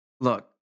look